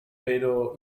pero